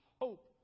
hope